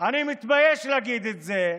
אני מתבייש להגיד את זה,